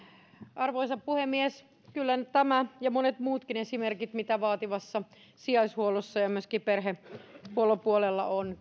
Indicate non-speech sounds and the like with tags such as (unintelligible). arvoisa puhemies kyllä tämä ja monet muutkin esimerkit mitä vaativassa sijaishuollossa ja myöskin perhehuollon puolella on (unintelligible)